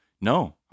no